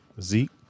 Zeke